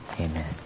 Amen